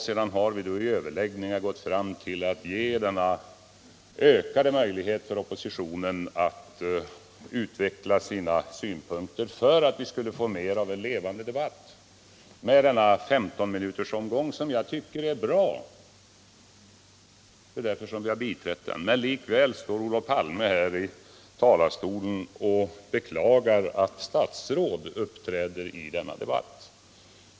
Sedan har alla partierna i överläggningarna nått fram till att ge oppositionen ökade möjligheter att utveckla sina synpunkter för att vi skulle få en mera levande debatt med denna 15-minutersomgång, som jag tycker är bra. Likväl står Olof Palme här i talarstolen och beklagar att statsråd uppträder i denna debatt.